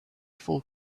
full